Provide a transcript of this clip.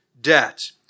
debt